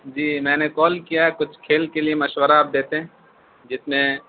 جی میں نے کال کیا کچھ کھیل کے لیے مشورہ آپ دیتے ہیں جس میں